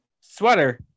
sweater